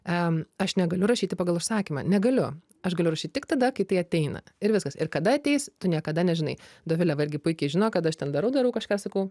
em aš negaliu rašyti pagal užsakymą negaliu aš galiu rašyt tik tada kai tai ateina ir viskas ir kada ateis tu niekada nežinai dovilė va irgi puikiai žino kad aš ten darau darau kažką sakau